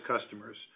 customers